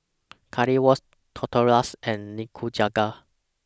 Currywurst Tortillas and Nikujaga